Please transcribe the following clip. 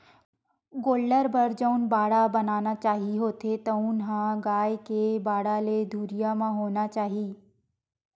गोल्लर बर जउन बाड़ा बनाना चाही होथे तउन ह गाय के बाड़ा ले दुरिहा म होना चाही